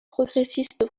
progressiste